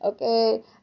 Okay